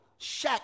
Shaq